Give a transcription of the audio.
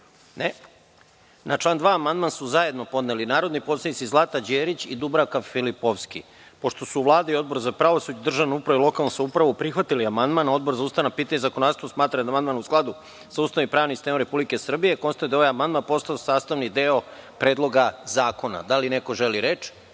(Ne)Na član 2. amandman su zajedno podnele narodni poslanici Zlata Đerić i Dubravka Filipovski. Pošto su Vlada i Odbor za pravosuđe, državnu upravu i lokalnu samoupravu prihvatili amandman, a Odbor za ustavna pitanja i zakonodavstvo smatra da je amandman u skladu sa Ustavom i pravnim sistemom Republike Srbije, konstatujem da je ovaj amandman postao sastavni deo Predloga zakona. Da li neko želi reč?